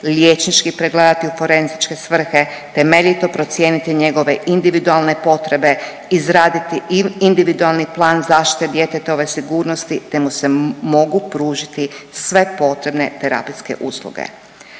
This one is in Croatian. liječnički pregledati u forenzičke svrhe, temeljito procijeniti njegove individualne potrebe, izraditi individualni plan zaštite djetetove sigurnosti, te mu se mogu pružiti sve potrebne terapijske usluge.